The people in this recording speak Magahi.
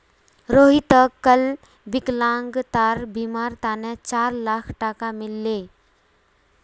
रोहितक कल विकलांगतार बीमार तने चार लाख टका मिल ले